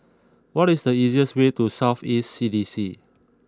what is the easiest way to South East C D C